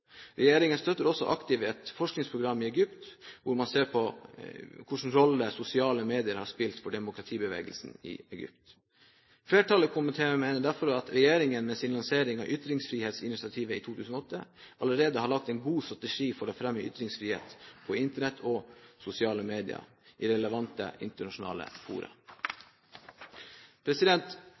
Regjeringen støtter også aktivt et forskningsprogram i Egypt, der man ser på hvilken rolle sosiale medier har spilt for demokratibevegelsen i Egypt. Flertallet i komiteen mener derfor at regjeringen med sin lansering av ytringsfrihetsinitiativet i 2008 allerede har lagt en god strategi for å fremme ytringsfrihet på Internett og i sosiale medier i relevante internasjonale fora.